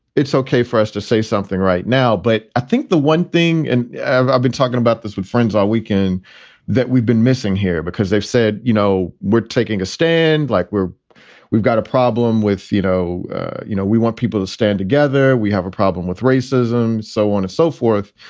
it's ok for us to say something right now. but i think the one thing and i've i've been talking about this with friends all weekend that we've been missing here because they've said, you know, we're taking a stand like we're we've got a problem with, you know you know, we want people to stand together. we have a problem with racism and so on and so forth.